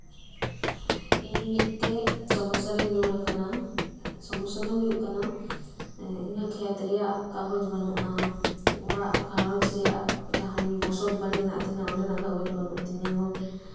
ᱤᱧ ᱢᱤᱫ ᱴᱮᱱ ᱥᱚᱢᱚᱥᱥᱟᱨᱤᱧ ᱧᱩᱨ ᱟᱠᱟᱱᱟ ᱥᱚᱢᱚᱥᱥᱟ ᱫᱚ ᱦᱳᱭᱳᱜ ᱠᱟᱱᱟ ᱤᱧᱟᱹᱜ ᱠᱷᱮᱛ ᱨᱮᱭᱟᱜ ᱠᱟᱜᱚᱡᱽ ᱵᱟᱱᱩᱜᱼᱟ ᱚᱲᱟᱜ ᱜᱷᱟᱨᱚᱡᱽ ᱨᱮᱭᱟᱜ ᱡᱟᱦᱟᱸ ᱵᱚᱥᱚᱛ ᱵᱟᱲᱤ ᱦᱮᱱᱟᱜ ᱟᱠᱟᱫ ᱛᱤᱧᱟᱹ ᱚᱸᱰᱮᱱᱟᱜ ᱠᱟᱜᱚᱡᱽ ᱵᱟᱱᱩᱜ ᱛᱤᱧᱟᱹ